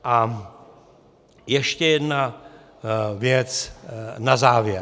A ještě jedna věc na závěr.